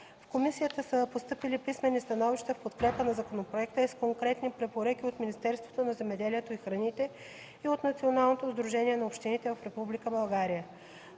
В комисията са постъпили писмени становища в подкрепа на законопроекта и с конкретни препоръки от Министерството на земеделието и храните и от Националното сдружение на общините в Република България.